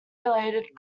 related